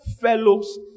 fellows